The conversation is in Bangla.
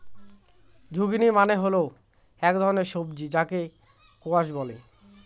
জুকিনি মানে হল এক ধরনের সবজি যাকে স্কোয়াশ বলে